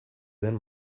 den